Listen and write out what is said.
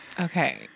Okay